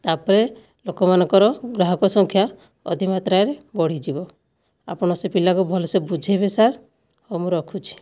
ତା' ପରେ ଲୋକମାନଙ୍କର ଗ୍ରାହକ ସଂଖ୍ୟା ଅଧିକମାତ୍ରାରେ ବଢ଼ିଯିବ ଆପଣ ସେ ପିଲାକୁ ଭଲସେ ବୁଝାଇବେ ସାର୍ ହେଉ ମୁଁ ରଖୁଛି